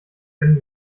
können